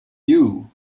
you